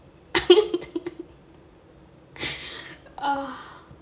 oh